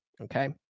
okay